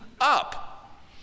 up